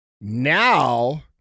now